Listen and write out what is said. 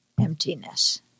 emptiness